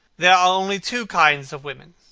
there are only two kinds of women,